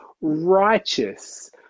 righteous